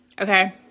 Okay